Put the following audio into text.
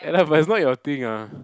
ya lah but it's not your thing ah